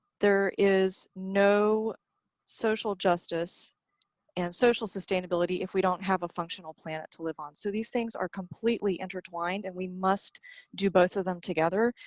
there is no social justice and social sustainability if we don't have a functional plan to live on so these things are completely intertwined, and we must do both of them together.